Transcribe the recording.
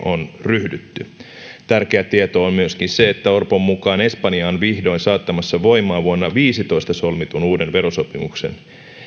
on ryhdytty tärkeä tieto on myöskin se että orpon mukaan espanja on vihdoin saattamassa voimaan vuonna viisitoista solmitun uuden verosopimuksen